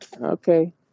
Okay